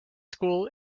school